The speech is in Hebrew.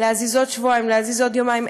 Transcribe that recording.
להזיז עוד שבועיים, להזיז עוד יומיים.